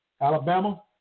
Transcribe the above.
Alabama